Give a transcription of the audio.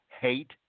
hate